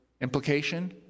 Implication